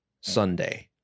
Sunday